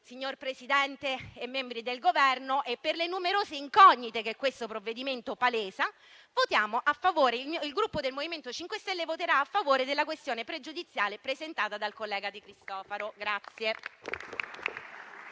signor Presidente e membri del Governo, e per le numerose incognite che questo provvedimento palesa, il Gruppo MoVimento 5 Stelle voterà a favore della questione pregiudiziale presentata dal collega De Cristofaro.